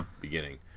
beginning